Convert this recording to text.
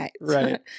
Right